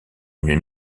une